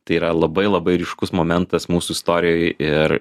tai yra labai labai ryškus momentas mūsų istorijoj ir